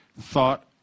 thought